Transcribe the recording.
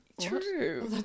True